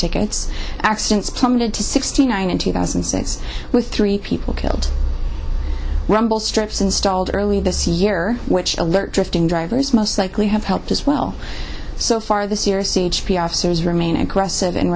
tickets accidents plummeted to sixty nine in two thousand since with three people killed rumble strips installed earlier this year which alert drifting drivers most likely have helped as well so far this year c h p officers remain aggressive